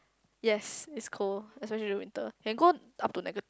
yes it's cold especially in the winter can go up to negative